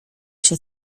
się